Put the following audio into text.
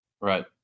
Right